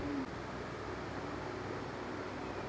একটা কান্ড হয়েছিল ভারতে দুইহাজার কুড়ি সালে যাতে ইয়েস ব্যাঙ্ক ছিল